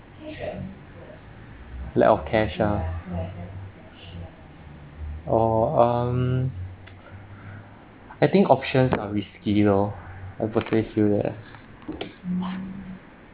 lack of cash ah orh um I think options are risky lor a potential shipwreck